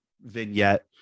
vignette